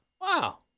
Wow